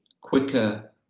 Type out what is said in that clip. quicker